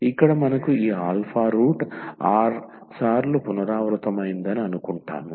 ఇక్కడ మనకు ఈ రూట్ r సార్లు పునరావృతమవుతుందని అనుకుంటాము